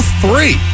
three